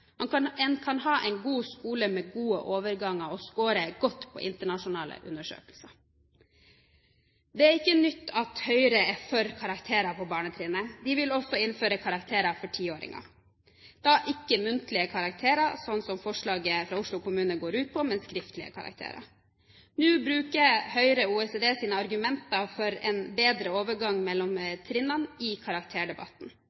En kan ha en god skole med gode overganger og skåre godt på internasjonale undersøkelser. Det er ikke nytt at Høyre er for karakterer på barnetrinnet. De vil også innføre karakterer for 10-åringer – da ikke muntlige karakterer, slik forslaget fra Oslo kommune går ut på, men skriftlige karakterer. Nå bruker Høyre OECDs argumenter for en bedre overgang mellom